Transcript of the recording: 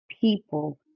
people